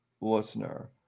listener